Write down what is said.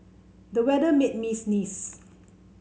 the weather made me sneeze